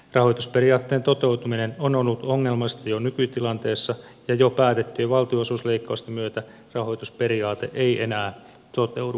rahoitusperiaatteen toteutuminen on ollut ongelmallista jo nykytilanteessa ja jo päätettyjen valtionosuusleikkausten myötä rahoitusperiaate ei enää toteudu